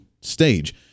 stage